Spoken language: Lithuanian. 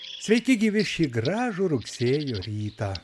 sveiki gyvi šį gražų rugsėjo rytą